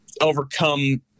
overcome